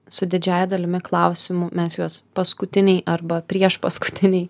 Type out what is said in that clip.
su didžiąja dalimi klausimų mes juos paskutiniai arba priešpaskutiniai